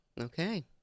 Okay